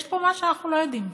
יש פה משהו שאנחנו לא יודעים.